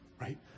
Right